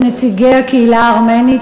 את נציגי הקהילה הארמנית,